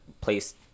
place